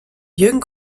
jürgen